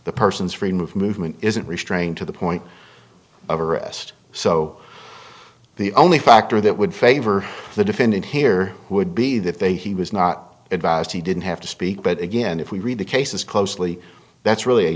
the person's freedom of movement isn't restrained to the point of arrest so the only factor that would favor the defendant here would be that they he was not advised he didn't have to speak but again if we read the cases closely that's really